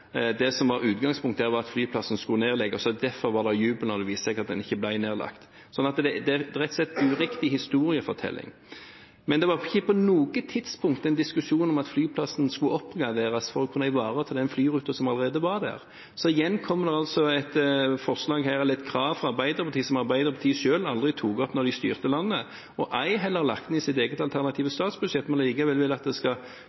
det som var utgangspunktet her, var at flyplassen skulle nedlegges, og at derfor var det jubel da det viste seg at den ikke ble nedlagt. Det er rett og slett uriktig historiefortelling. Men det var ikke på noe tidspunkt en diskusjon om at flyplassen skulle oppgraderes for å kunne ivareta den flyruta som allerede var der. Så igjen kommer det altså et forslag, eller et krav, fra Arbeiderpartiet, som Arbeiderpartiet selv aldri tok opp da de styrte landet, og ei heller har lagt inn i sitt eget alternative statsbudsjett, men som de likevel vil at det skal